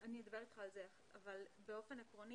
43. אני אדבר איתך על זה, אבל באופן עקרוני